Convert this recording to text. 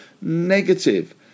negative